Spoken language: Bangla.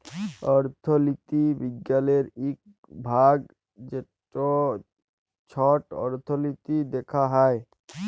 অথ্থলিতি বিজ্ঞালের ইক ভাগ যেট ছট অথ্থলিতি দ্যাখা হ্যয়